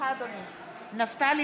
בעד מאזן גנאים,